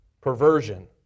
perversion